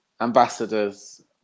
ambassadors